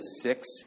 six